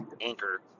anchor